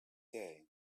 day